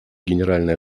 генеральной